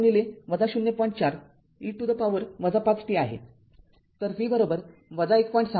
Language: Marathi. ४ e to the power ५ t आहे तर V १